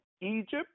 Egypt